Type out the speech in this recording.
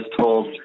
told